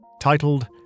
titled